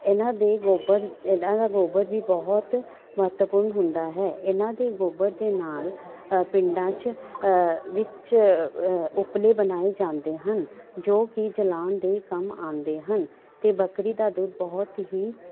ਇਹਨਾਂ ਦੇ ਗੋਬਰ ਇਹਨਾਂ ਦਾ ਗੋਬਰ ਵੀ ਬਹੁਤ ਮਹੱਤਵਪੂਰਨ ਹੁੰਦਾ ਹੈ ਇਹਨਾਂ ਦੇ ਗੋਬਰ ਦੇ ਨਾਲ ਅ ਪਿੰਡਾਂ 'ਚ ਵਿੱਚ ਅ ਉਪਲੇ ਬਣਾਏ ਜਾਂਦੇ ਹਨ ਜੋ ਕਿ ਜਲਾਉਣ ਦੇ ਕੰਮ ਆਉਂਦੇ ਹਨ ਅਤੇ ਬੱਕਰੀ ਦਾ ਦੁੱਧ ਬਹੁਤ ਹੀ